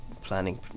planning